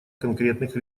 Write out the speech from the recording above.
конкретных